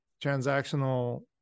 transactional